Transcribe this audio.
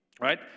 right